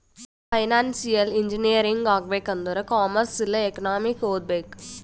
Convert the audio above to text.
financial engineering ಆಗ್ಬೇಕ್ ಆಂದುರ್ commerce ಇಲ್ಲಾ ಎಕನಾಮಿಕ್ ಓದ್ಬೇಕ್